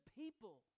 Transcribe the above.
people